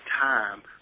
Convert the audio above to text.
time